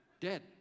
dead